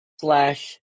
slash